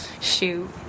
shoot